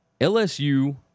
LSU